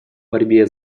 борьбе